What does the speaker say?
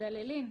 דללין,